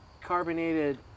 Carbonated